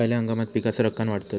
खयल्या हंगामात पीका सरक्कान वाढतत?